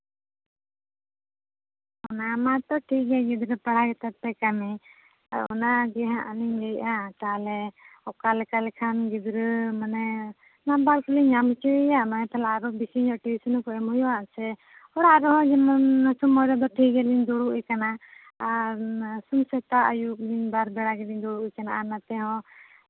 ᱚᱱᱟ ᱢᱟᱛᱚ ᱴᱷᱤᱠ ᱜᱮ ᱜᱤᱫᱽᱨᱟᱹ ᱯᱟᱲᱦᱟᱣ ᱜᱮᱛᱟᱯᱮ ᱠᱟᱹᱢᱤ ᱟᱨ ᱚᱱᱟ ᱜᱮᱸᱦᱟᱜ ᱚᱱᱮᱧ ᱞᱟᱹᱭᱮᱫᱼᱟ ᱛᱟᱦᱞᱮ ᱚᱠᱟ ᱞᱮᱠᱟ ᱞᱮᱠᱷᱟᱱ ᱜᱤᱫᱽᱨᱟᱹ ᱢᱟᱱᱮ ᱱᱟᱢᱵᱟᱨ ᱠᱚᱞᱤᱧ ᱧᱟᱢ ᱦᱚᱪᱚᱭᱮᱭᱟ ᱚᱱᱟᱜᱮ ᱛᱟᱦᱞᱮ ᱟᱨᱚ ᱵᱮᱥᱤ ᱧᱚᱜ ᱴᱤᱭᱩᱥᱚᱱᱤ ᱠᱚ ᱮᱢ ᱦᱩᱭᱩᱜᱼᱟ ᱥᱮ ᱚᱲᱟᱜ ᱨᱮᱦᱚᱸ ᱥᱚᱢᱚᱭ ᱨᱮᱛᱚ ᱴᱷᱤᱠ ᱜᱮᱞᱤᱧ ᱫᱩᱲᱩᱵᱮ ᱠᱟᱱᱟ ᱟᱨ ᱥᱮᱛᱟᱜ ᱟᱹᱭᱩᱵ ᱞᱤᱧ ᱵᱟᱨ ᱵᱮᱲᱟ ᱜᱮᱞᱤᱧ ᱫᱩᱲᱩᱵᱮ ᱠᱟᱱᱟ ᱱᱚᱛᱮᱦᱚᱸ